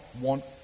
want